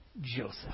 Joseph